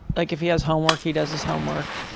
like if he has homework, he does his homework.